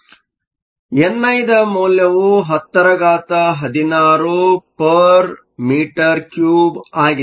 ಆದ್ದರಿಂದ ಏನ್ ಐದ ಮೌಲ್ಯವು 1016 m 3 ಆಗಿದೆ